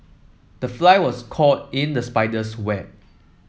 the fly was caught in the spider's web